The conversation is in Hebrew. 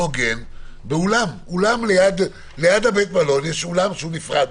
כי ליד בית המלון יש אולם נפרד,